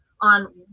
on